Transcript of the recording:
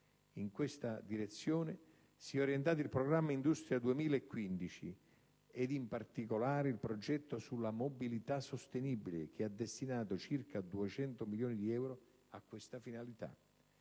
In questa direzione si è orientato il Programma industria 2015 e, in particolare, il Progetto sulla mobilità sostenibile, che ha destinato circa 200 milioni di euro a questa finalità.